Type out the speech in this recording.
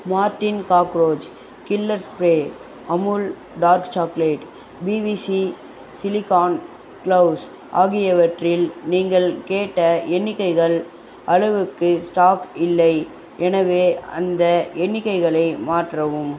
Mortein cockroach killer spray Amul dark chocolate PVC silicone gloves ஆகியவற்றில் நீங்கள் கேட்ட எண்ணிக்கைகள் அளவுக்கு ஸ்டாக் இல்லை எனவே அந்த எண்ணிக்கைகளை மாற்றவும்